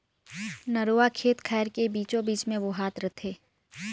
नरूवा खेत खायर के बीचों बीच मे बोहात रथे